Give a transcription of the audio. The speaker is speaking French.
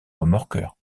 remorqueurs